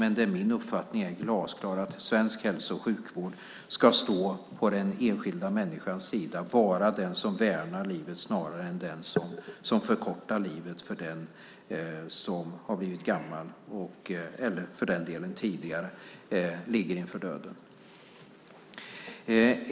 Men min uppfattning är glasklar, nämligen att svensk hälso och sjukvård ska stå på den enskilda människans sida och vara den som värnar livet snarare än den som förkortar livet för dem som har blivit gamla och för andra som ligger inför döden.